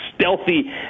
stealthy